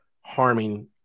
harming